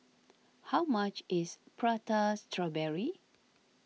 how much is Prata Strawberry